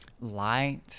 light